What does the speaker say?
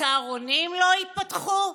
שצהרונים לא ייפתחו?